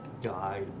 died